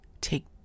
Take